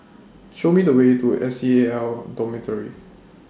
Show Me The Way to S C A L Dormitory